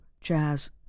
jazz